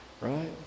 right